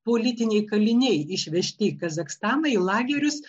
politiniai kaliniai išvežti į kazachstaną į lagerius